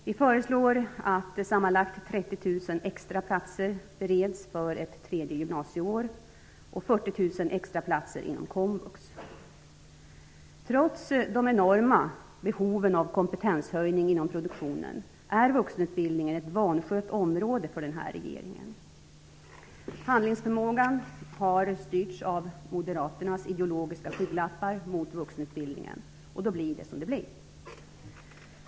Vi föreslår att sammanlagt 30 000 extra platser bereds för ett tredje gymnasieår och att Trots de enorma behoven av kompetenshöjning inom produktionen är vuxenutbildningen ett vanskött område för denna regering. Handlingsförmågan har styrts av moderaternas ideologiska skygglappar mot vuxenutbildning, och då blir det som det blir.